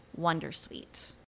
Wondersuite